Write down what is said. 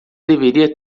deveria